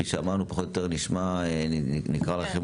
כפי שאמרנו נקרא לכם,